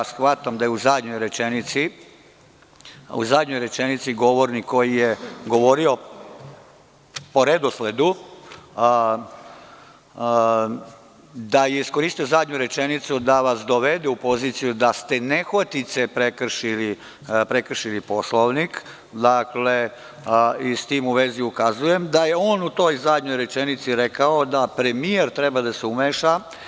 Smatram da je u zadnjoj rečenici govornik koji je govorio po redosledu iskoristio zadnju rečenicu da vas dovede u poziciju da ste nehotice prekršili Poslovnik i s tim u vezi ukazujem da je on u toj zadnjoj rečenici rekao da premijer treba da se umeša